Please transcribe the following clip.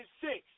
six